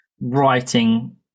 writing